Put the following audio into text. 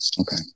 okay